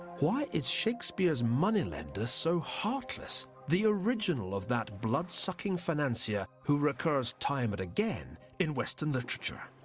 why is shakespeare's moneylender so heartless the original of that bloodsucking financier who recurs time and again in western literature?